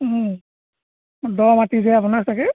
দ মাটি যে আপোনাৰ ছাগৈ